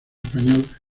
español